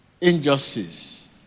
injustice